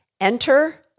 Enter